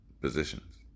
positions